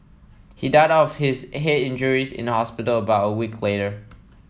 he died of his head injuries in hospital about a week later